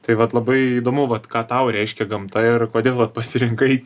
tai vat labai įdomu vat ką tau reiškia gamta ir kodėl va pasirinkai